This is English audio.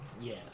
Yes